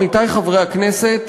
עמיתי חברי הכנסת,